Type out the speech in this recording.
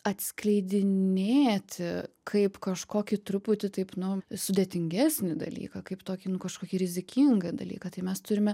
atskleidinėti kaip kažkokį truputį taip nu sudėtingesnį dalyką kaip tokį nu kažkokį rizikingą dalyką tai mes turime